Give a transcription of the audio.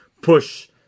push